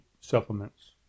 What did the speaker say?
supplements